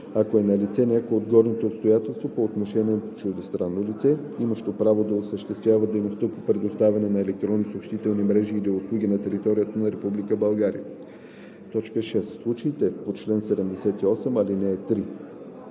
ако е налице някое от горните обстоятелства по отношение на чуждестранно лице, имащо право да осъществява дейност по предоставяне на електронни съобщителни мрежи или услуги на територията на Република България; 6. в случаите по чл. 78, ал. 3.